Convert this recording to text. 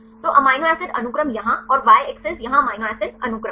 तो amino acid अनुक्रम यहाँ और y अक्ष यहाँ अमीनो एसिड अनुक्रम